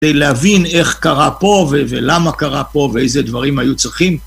כדי להבין איך קרה פה ולמה קרה פה ואיזה דברים היו צריכים.